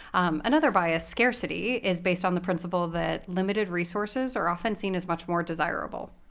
another bias, scarcity, is based on the principle that limited resources are often seen as much more desirable.